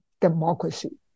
democracy